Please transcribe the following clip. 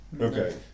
Okay